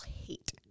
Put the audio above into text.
hate